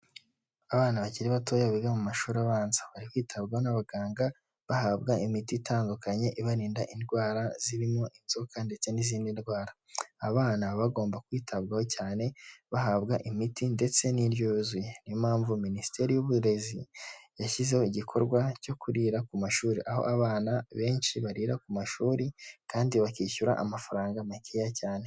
Abana bakiri batoya biga mu mashuri abanza, bari kwitabwaho n'abaganga bahabwa imiti itandukanye ibarinda indwara zirimo inzoka ndetse n'izindi ndwara, abana baba bagomba kwitabwaho cyane, bahabwa imiti ndetse n'indyo yuzuye, niyo impamvu Minisiteri y'uburezi yashyizeho igikorwa cyo kurira ku mashuri, aho abana benshi barira ku mashuri kandi bakishyura amafaranga makeya cyane.